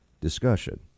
discussion